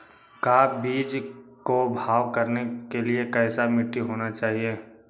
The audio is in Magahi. का बीज को भाव करने के लिए कैसा मिट्टी होना चाहिए?